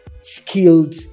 skilled